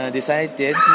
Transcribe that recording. decided